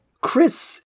Chris